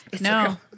No